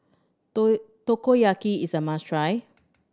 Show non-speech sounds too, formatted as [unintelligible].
[unintelligible] takoyaki is a must try